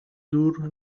دور